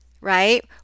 right